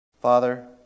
Father